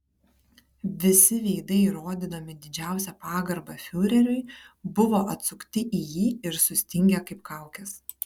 visi veidai rodydami didžiausią pagarbą fiureriui buvo atsukti į jį ir sustingę kaip kaukės